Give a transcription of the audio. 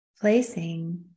placing